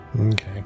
Okay